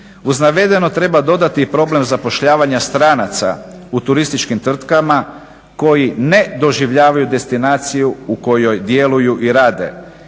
Uz navedeno treba dodati problem zapošljavanja stranaca u turističkim tvrtkama koji ne doživljavaju destinaciju u kojoj djeluju i rade.